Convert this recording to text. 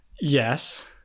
Yes